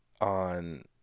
on